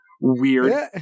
weird